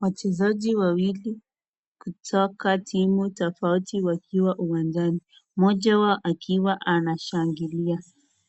Wachezaji wawili kutoka timu tofauti wakiwa uwanjani. Mmoja wao akiwa anashangilia.